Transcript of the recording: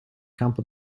campo